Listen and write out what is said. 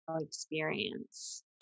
experience